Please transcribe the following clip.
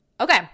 Okay